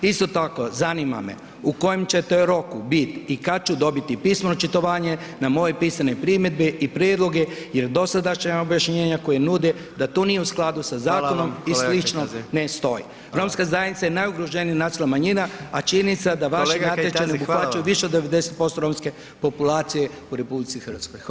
Isto tako zanima me u kojem će ti roku biti i kad ću dobiti pismeno očitovanje na moje pisane primjedbe i prijedloge jer dosadašnja objašnjenja koja nude da to nije u skladu sa zakonom i slično, ne stoji [[Upadica predsjednik: Hvala vam, kolega Kajtazi.]] Romska zajednica je najugroženija nacionalna manjina a činjenica je da vaši natječaji ne obuhvaćaju više od 90% romske populacije u RH, hvala.